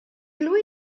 lui